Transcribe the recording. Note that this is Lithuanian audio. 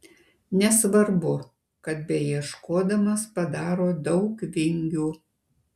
nesvarbu kad beieškodamas padaro daug vingių